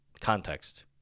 context